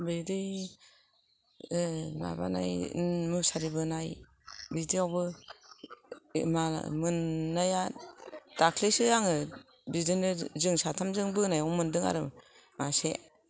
बिदिनो मुसारि बोनाय बिदियावबो मोननाया दाखलिसो आङो बिदिनो जों साथाम जों बोनायाव मोनदों आरो मासे